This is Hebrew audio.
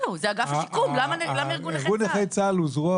זהו, זה אגף השיקום, למה ארגון נכי צה"ל?